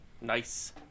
Nice